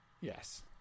yes